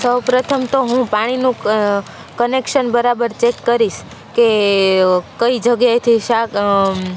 સૌપ્રથમ તો હું પાણીનું ક કનેક્શન બરાબર ચેક કરીશ કે કઈ જગ્યાએથી સાગ